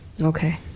Okay